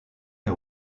est